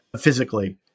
physically